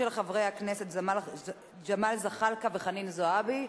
של חברי הכנסת ג'מאל זחאלקה וחנין זועבי.